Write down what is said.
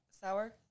sour